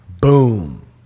Boom